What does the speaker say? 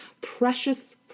precious